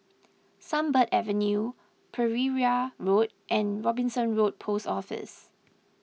Sunbird Avenue Pereira Road and Robinson Road Post Office